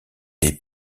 des